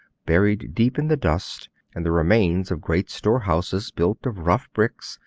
buried deep in the dust and the remains of great store-houses built of rough bricks,